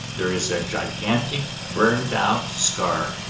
there is a gigantic burned-out scar.